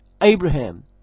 Abraham